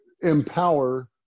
empower